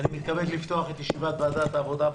אני מתכבד לפתוח את ישיבת ועדת העבודה,